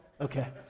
Okay